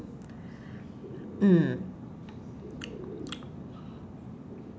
mm